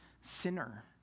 sinner